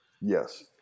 Yes